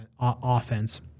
offense